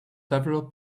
several